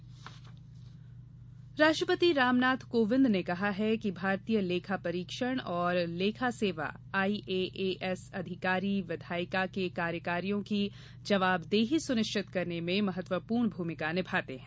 राष्ट्रपति राष्ट्रपति रामनाथ कोविंद ने कहा है कि भारतीय लेखा परीक्षण और लेखा सेवा आईएएएस अधिकारी विधायिका के कार्यकारियों की जवाबदेही सुनिश्चित करने में महत्वपूर्ण भूमिका निभाते हैं